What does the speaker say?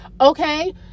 okay